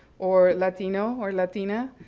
or latino or latina,